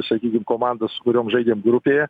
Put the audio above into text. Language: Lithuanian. sakykim komandas su kuriom žaidėm grupėje